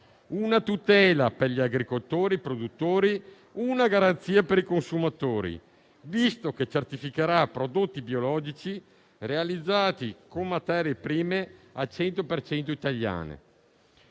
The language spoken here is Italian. una tutela per gli agricoltori e i produttori e una garanzia per i consumatori, visto che certificherà prodotti biologici realizzati con materie prime 100 per